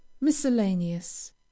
miscellaneous